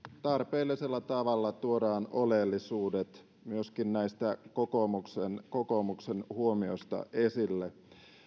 tarpeellisella tavalla tuodaan oleellisuudet myöskin näistä kokoomuksen kokoomuksen huomiosta esille